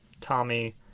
Tommy